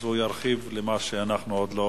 אז השר ירחיב על מה שעוד לא